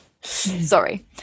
sorry